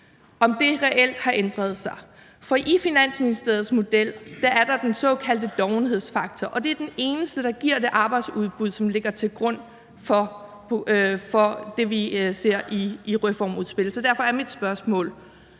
om det reelt har ændret sig. For i Finansministeriets model er der den såkaldte dovenhedsfaktor, og det er det eneste, der giver det arbejdsudbud, som ligger til grund for det, vi ser i reformudspillet. Så derfor er mit spørgsmål: